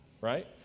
right